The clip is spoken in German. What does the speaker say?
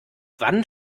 wann